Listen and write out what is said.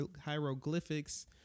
hieroglyphics